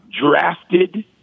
drafted